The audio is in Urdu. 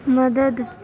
مدد